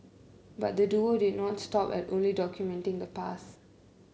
but the duo did not stop at only documenting the past